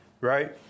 right